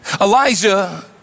Elijah